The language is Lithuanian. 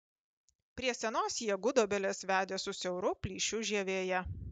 prie senos jie gudobelės vedė su siauru plyšiu žievėje